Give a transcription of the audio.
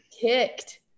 kicked